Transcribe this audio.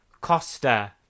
Costa